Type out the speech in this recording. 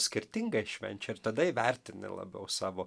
skirtingai švenčia ir tada įvertini labiau savo